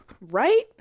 Right